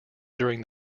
during